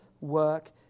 work